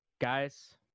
guys